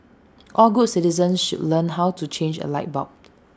all good citizens should learn how to change A light bulb